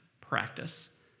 practice